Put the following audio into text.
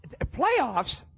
Playoffs